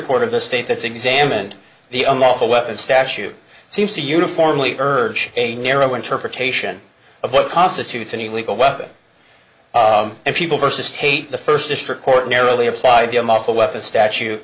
of the state that's examined the unlawful weapons statute seems to uniformly urge a narrow interpretation of what constitutes an illegal weapon and people versus state the first district court narrowly applied them off a weapon statu